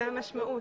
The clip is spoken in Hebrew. זאת המשמעות.